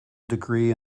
degree